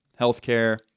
healthcare